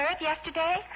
yesterday